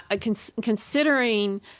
considering